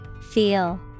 Feel